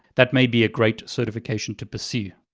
that may be a great certification to pursue.